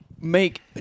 make